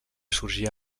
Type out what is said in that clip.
sorgir